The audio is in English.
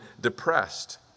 depressed